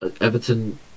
Everton